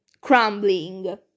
crumbling